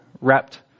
wrapped